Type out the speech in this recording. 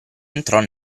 entrò